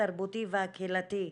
התרבותי והקהילתי,